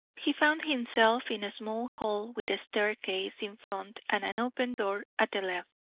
he found himself in a small hall with a staircase in front and an open door at the left.